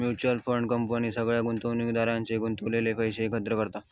mutual fund company सगळ्या गुंतवणुकदारांचे गुंतवलेले पैशे एकत्र करतत